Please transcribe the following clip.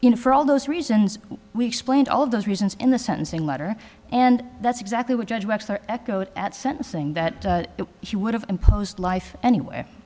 you know for all those reasons we explained all of those reasons in the sentencing letter and that's exactly what judge webster echoed at sentencing that he would have imposed life anyway